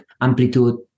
Amplitude